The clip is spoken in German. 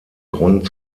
grund